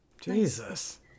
Jesus